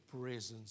presence